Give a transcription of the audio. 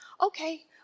Okay